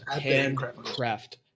handcraft